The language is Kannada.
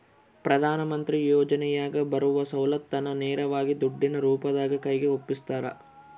ಪ್ರಧಾನ ಮಂತ್ರಿ ಯೋಜನೆಯಾಗ ಬರುವ ಸೌಲತ್ತನ್ನ ನೇರವಾಗಿ ದುಡ್ಡಿನ ರೂಪದಾಗ ಕೈಗೆ ಒಪ್ಪಿಸ್ತಾರ?